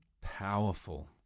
powerful